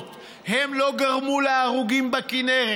הם לא גורמים לתאונות, הם לא גרמו להרוגים בכינרת,